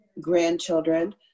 grandchildren